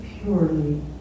purely